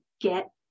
get